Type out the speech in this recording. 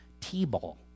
T-ball